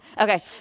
Okay